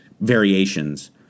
variations